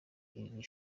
iri